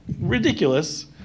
ridiculous